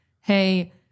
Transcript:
hey